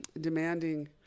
demanding